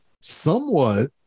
somewhat